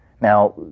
Now